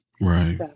Right